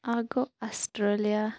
اَکھ گوٚو اَسٹریلِیا